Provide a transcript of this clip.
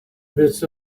bits